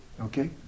Okay